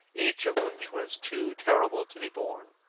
each of which was too terrible to be borne.